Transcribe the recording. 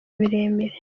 miremire